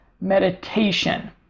meditation